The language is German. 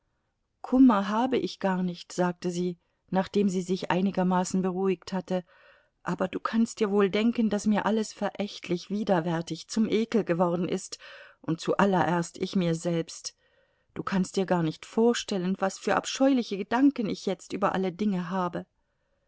kummer habe ich gar nicht sagte sie nachdem sie sich einigermaßen beruhigt hatte aber du kannst dir wohl denken daß mir alles verächtlich widerwärtig zum ekel geworden ist und zuallererst ich mir selbst du kannst dir gar nicht vorstellen was für abscheuliche gedanken ich jetzt über alle dinge habe